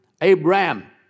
Abraham